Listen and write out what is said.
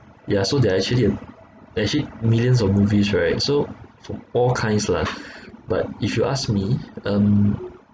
yeah so there are actually uh actually millions of movies right so from all kinds lah but if you ask me um